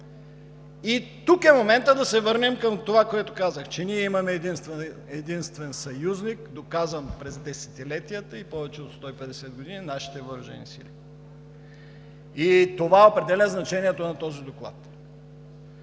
Тук е моментът да се върнем към това, което казах, че имаме единствен съюзник, доказан през десетилетията и повече от 150 години – нашите въоръжени сили, и това определя значението на този доклад.